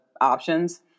options